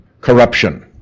corruption